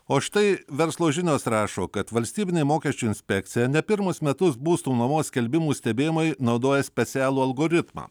o štai verslo žinios rašo kad valstybinė mokesčių inspekcija ne pirmus metus būstų nuomos skelbimų stebėjimui naudoja specialų algoritmą